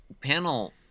Panel